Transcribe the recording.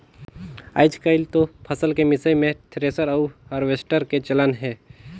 आयज कायल तो फसल के मिसई मे थेरेसर अउ हारवेस्टर के चलन हे